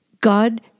God